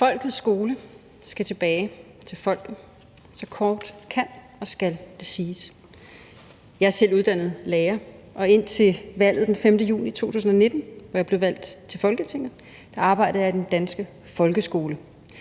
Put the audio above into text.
Folkets skole skal tilbage til folket. Så kort kan og skal det siges. Jeg er selv uddannet lærer, og indtil valget den 5. juni 2019, hvor jeg blev valgt til Folketinget, arbejdede jeg i den danske folkeskole.